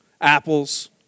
apples